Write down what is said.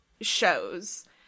shows